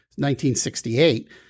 1968